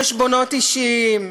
חשבונות אישיים,